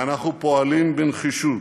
ואנחנו פועלים בנחישות,